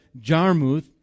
Jarmuth